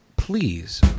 Please